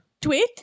Tweet